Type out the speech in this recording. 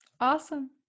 Awesome